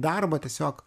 darbą tiesiog